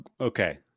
Okay